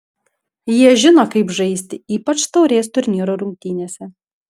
jie žino kaip žaisti ypač taurės turnyro rungtynėse